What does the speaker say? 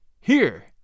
Here